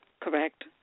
correct